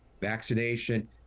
vaccination